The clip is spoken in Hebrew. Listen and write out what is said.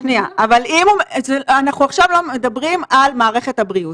--- אנחנו עכשיו מדברים על מערכת הבריאות.